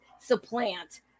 supplant